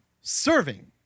serving